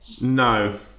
No